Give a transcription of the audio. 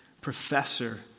professor